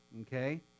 Okay